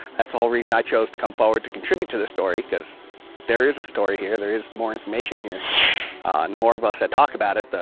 that's the whole reason i chose to come forward to contribute to this story because there is a story here, there is more information here and more of us that talk about it,